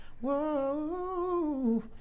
Whoa